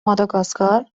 ماداگاسکار